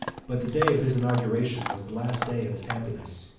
but the day of his inauguration was the last day of his happiness.